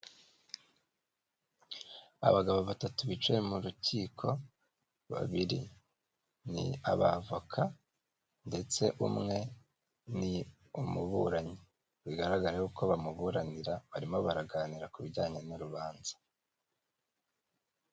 Abagabo batatu bicaye mu rukiko, babiri ni abavoka ndetse umwe ni umuburanyi, bigaragaye yuko bamuburanira barimo baraganira ku bijyanye n'urubanza.